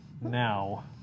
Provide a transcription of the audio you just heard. now